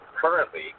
currently